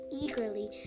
eagerly